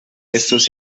estos